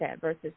versus